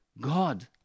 God